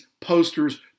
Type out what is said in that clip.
posters